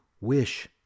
wish